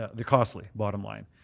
they're costly, bottom line.